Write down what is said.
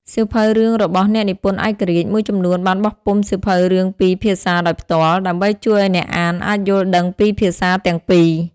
សៀវភៅរឿងរបស់ អ្នកនិពន្ធឯករាជ្យ មួយចំនួនបានបោះពុម្ពសៀវភៅរឿងពីរភាសាដោយផ្ទាល់ ដើម្បីជួយឲ្យអ្នកអានអាចយល់ដឹងពីភាសាទាំងពីរ។